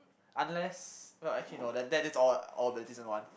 unless no actually no that that is all all the decent one